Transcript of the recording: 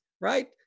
right